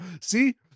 See